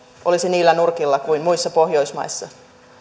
olisi niillä nurkilla kuin muissa pohjoismaissa